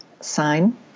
sign